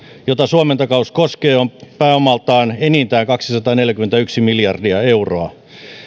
jota suomen takaus koskee on pääomaltaan enintään kaksisataaneljäkymmentäyksi miljardia euroa